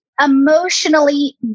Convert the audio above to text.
emotionally